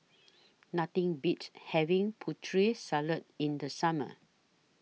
Nothing Beats having Putri Salad in The Summer